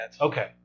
Okay